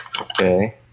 Okay